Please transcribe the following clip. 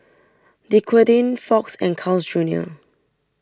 Dequadin Fox and Carl's Junior